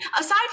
aside